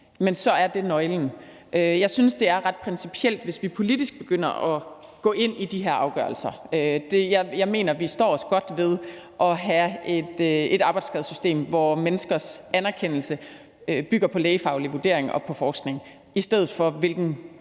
så er det nøglen. Jeg synes, det er ret principielt, hvis vi politisk begynder at gå ind i de her afgørelser. Jeg mener, vi står os godt ved at have et arbejdsskadesystem, hvor anerkendelsen af menneskers skader bygger på en lægefaglig vurdering og forskning, i stedet for hvilket